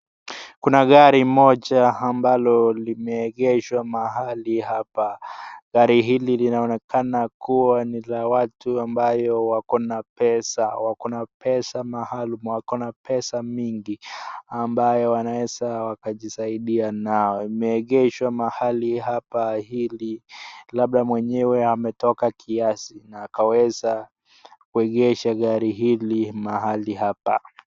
Kuna gari moja ambalo limeegeshwa mahali hapa gari hili linaonekana kuwa ni ya watu ambayo wako na pesa wako na pesa maalum, wako na pesa mingi ambayo wanaweza wakajisaidia nayo, imeegeshwa mahali hapa hili labda mwenye ametoka kiazi na akaweza kuegesha hili mahali hapa.